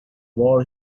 war